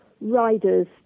riders